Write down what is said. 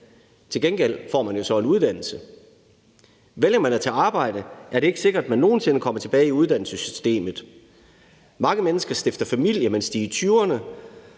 Til gengæld får man jo så en uddannelse. Vælger man at tage et arbejde, er det ikke sikkert, at man nogen sinde kommer tilbage i uddannelsessystemet. Mange mennesker stifter familie, mens de er i tyverne,